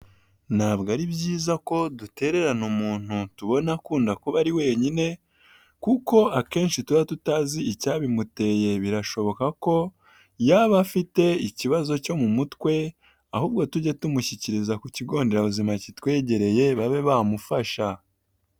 Ntabwo ari byiza ko dutererana umuntu tubona akunda kuba ari wenyine kuko akenshi tuba tutazi icyabimuteye, birashoboka ko yaba afite ikibazo cyo mu mutwe ahubwo tujye tumushyikiriza ku kigonderabuzima kitwegereye babe bamufasha.